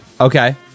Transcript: Okay